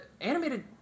animated